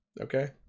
Okay